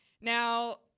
Now